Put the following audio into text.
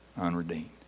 unredeemed